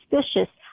suspicious